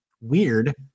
weird